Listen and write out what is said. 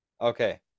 Okay